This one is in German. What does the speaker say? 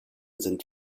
sind